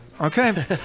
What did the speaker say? Okay